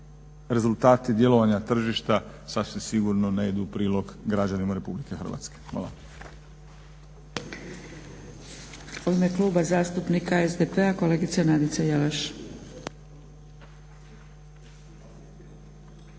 rezultati djelovanja tržišta sasvim sigurno ne idu u prilog građanima RH. Hvala. **Zgrebec,